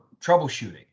troubleshooting